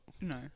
No